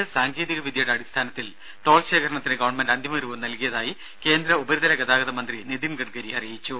S സാങ്കേതിക വിദ്യയുടെ അടിസ്ഥാനത്തിൽ ടോൾ ശേഖരണത്തിന് ഗവൺമെന്റ് അന്തിമ നൽകിയതായി കേന്ദ്ര ഉപരിതല ഗതാഗത മന്ത്രി നിതിൻ രുപം ഗഡ്കരി അറിയിച്ചു